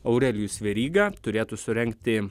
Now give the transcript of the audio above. aurelijus veryga turėtų surengti